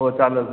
हो चालेल